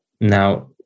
now